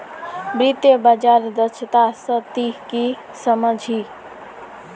वित्तीय बाजार दक्षता स ती की सम झ छि